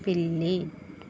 పిల్లి